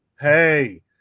hey